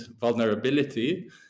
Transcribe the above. vulnerability